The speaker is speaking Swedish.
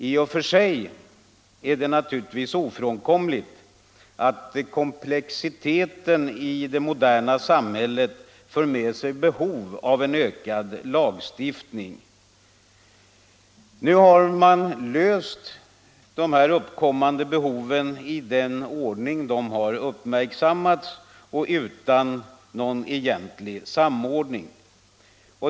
I och för sig är det ofrånkomligt att komplexiteten i det moderna samhället för med sig behov av en ökad lagstiftning. Nu har man tillgodosett de uppkommande behoven i den ordning de har uppmärksammats och utan någon egentlig samordning.